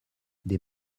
des